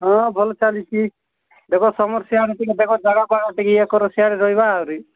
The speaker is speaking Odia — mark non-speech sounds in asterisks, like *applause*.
ହଁ ଭଲ ଚାଲିଛି ଦେଖ ସମସ୍ୟା ଆମକୁ *unintelligible* ଟିକେ ଇଏ କର ସିୟାଡ଼େ ରହିବା ଆହୁରି